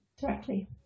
directly